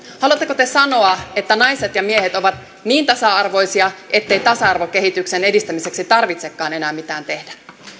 haluatteko te sanoa että naiset ja miehet ovat niin tasa arvoisia ettei tasa arvokehityksen edistämiseksi tarvitsekaan enää mitään tehdä